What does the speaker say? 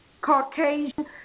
Caucasian